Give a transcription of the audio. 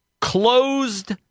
closed